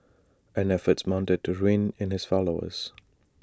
and efforts mounted to rein in his followers